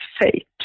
fate